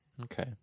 Okay